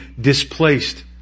displaced